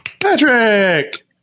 Patrick